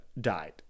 died